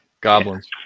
goblins